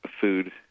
food